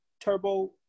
Turbo